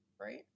Right